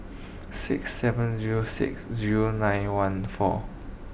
six seven zero six zero nine one four